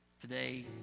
Today